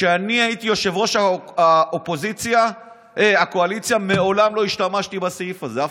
שכשאני הייתי יושב-ראש הקואליציה מעולם לא השתמשתי בסעיף הזה.